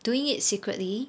doing it secretly